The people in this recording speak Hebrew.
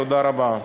תודה רבה.